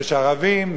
יש ערבים,